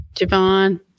Javon